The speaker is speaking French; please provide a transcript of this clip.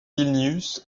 vilnius